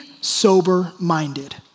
sober-minded